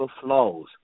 flows